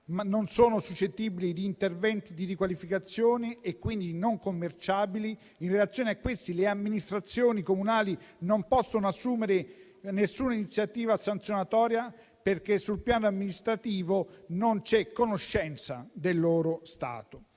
non sono suscettibili di interventi di riqualificazione e, quindi, non sono commerciabili. In relazione a questi le amministrazioni comunali non possono assumere alcuna iniziativa sanzionatoria, perché sul piano amministrativo non c'è conoscenza del loro stato.